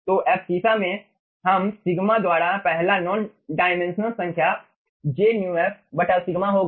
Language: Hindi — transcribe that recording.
तो एब्सिशा में हम सिग्मा द्वारा पहला नॉन डायमेंशनल संख्या jμf σ होगा